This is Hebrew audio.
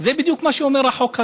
זה בדיוק מה שאומר החוק הזה.